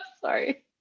Sorry